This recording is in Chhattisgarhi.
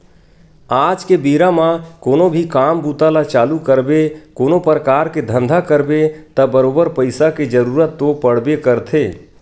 आज के बेरा म कोनो भी काम बूता ल चालू करबे कोनो परकार के धंधा करबे त बरोबर पइसा के जरुरत तो पड़बे करथे